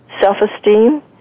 self-esteem